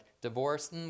divorce